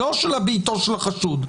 לא של ביתו של החשוד,